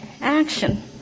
action